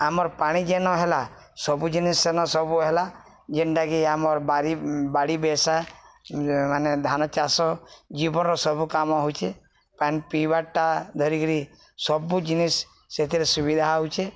ଆମର୍ ପାଣି ଯେନ ହେଲା ସବୁ ଜିନିଷ ସେନ ସବୁ ହେଲା ଯେନ୍ଟାକି ଆମର ବାରି ବାଡ଼ି ବେଶା ମାନେ ଧାନ ଚାଷ ଜୀବନର ସବୁ କାମ ହଉଚେ ପାଣି ପିଇବାଟା ଧରିକିରି ସବୁ ଜିନିଷ ସେଥିରେ ସୁବିଧା ହଉଛେ